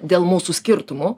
dėl mūsų skirtumų